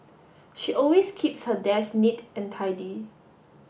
she always keeps her desk neat and tidy